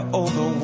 over